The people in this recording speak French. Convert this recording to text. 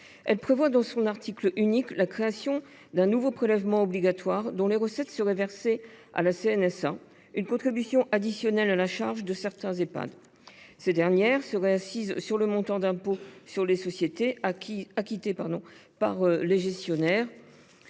ci prévoit, dans son article unique, la création d’un nouveau prélèvement obligatoire dont les recettes seraient versées à la CNSA, sous la forme d’une contribution additionnelle à la charge de certains Ehpad. Cette dernière serait assise sur le montant d’impôt sur les sociétés acquitté par les gestionnaires